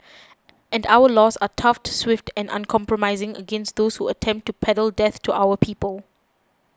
and our laws are tough swift and uncompromising against those who attempt to peddle death to our people